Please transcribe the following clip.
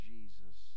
Jesus